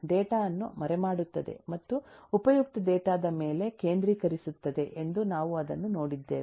data ಅನ್ನು ಮರೆಮಾಡುತ್ತದೆ ಮತ್ತು ಉಪಯುಕ್ತ ಡೇಟಾ ದ ಮೇಲೆ ಕೇಂದ್ರೀಕರಿಸುತ್ತದೆ ಎಂದು ನಾವು ಅದನ್ನು ನೋಡಿದ್ದೇವೆ